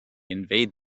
invade